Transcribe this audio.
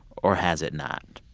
or has it not?